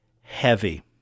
heavy